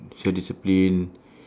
self-discipline